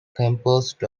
composed